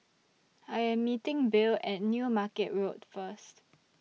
I Am meeting Bill At New Market Road First